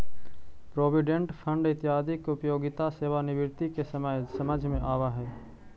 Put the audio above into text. provident fund इत्यादि के उपयोगिता सेवानिवृत्ति के समय समझ में आवऽ हई